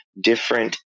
different